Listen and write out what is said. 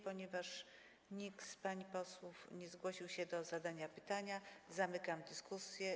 Ponieważ nikt z państwa posłów nie zgłosił się do zadania pytania, zamykam dyskusję.